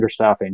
understaffing